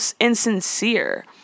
insincere